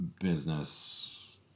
business